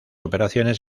operaciones